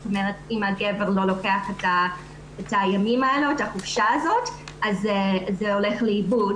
זאת אומרת אם הגבר לא לוקח את החופשה הזאת זה הולך לאיבוד,